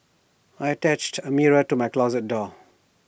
I attached A mirror to my closet door